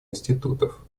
институтов